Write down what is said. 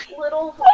Little